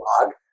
blog